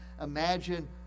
imagine